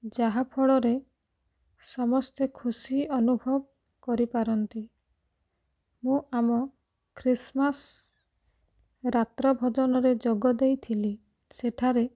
ଯାହାଫଳରେ ସମସ୍ତେ ଖୁସି ଅନୁଭବ କରିପାରନ୍ତି ମୁଁ ଆମ ଖ୍ରୀଷ୍ଟମାସ୍ ରାତ୍ର ଭୋଜନରେ ଯୋଗ ଦେଇଥିଲି